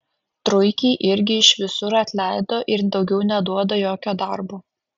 truikį irgi iš visur atleido ir daugiau neduoda jokio darbo